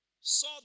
saw